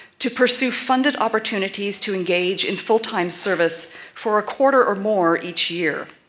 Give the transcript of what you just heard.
to pursue funded opportunities to engage in full-time service for a quarter or more each year.